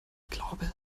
glaube